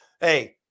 hey